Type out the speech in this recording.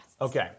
okay